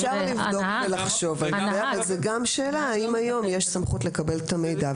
צריך לחשוב על זה אבל זאת גם שאלה האם היום יש סמכות לקבל את המידע.